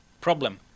problem